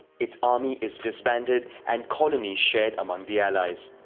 its army is disbanded and colonies shared among the allies.